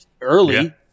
early